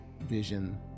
vision